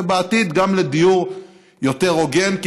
ובעתיד גם לדיור יותר הוגן,